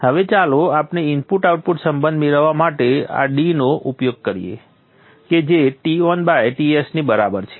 હવે ચાલો આપણે ઇનપુટ આઉટપુટ સંબંધ મેળવવા માટે આ d નો ઉપયોગ કરીએ કે જે TonTs ની બરાબર છે